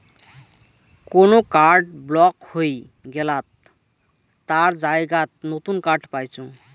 কোন card block হই গেলাত তার জায়গাত নতুন কার্ড পাইচুঙ